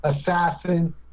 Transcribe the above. Assassin